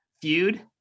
feud